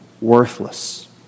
worthless